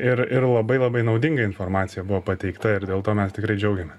ir ir labai labai naudinga informacija buvo pateikta ir dėl to mes tikrai džiaugiamė